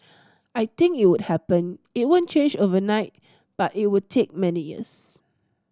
I think it would happen it won't change overnight but it would take many years